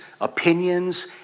opinions